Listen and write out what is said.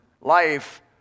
life